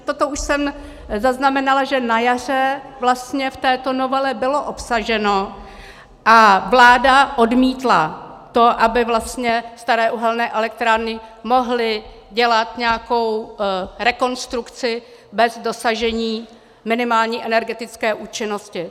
Toto už jsem zaznamenala, že na jaře vlastně v této novele bylo obsaženo, a vláda odmítla to, aby vlastně staré uhelné elektrárny mohly dělat nějakou rekonstrukci bez dosažení minimální energetické účinnosti.